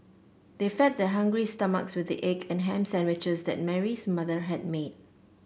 they fed their hungry stomachs with the egg and ham sandwiches that Mary's mother had made